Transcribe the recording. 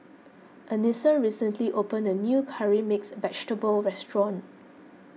Anissa recently opened a new Curry Mixed Vegetable restaurant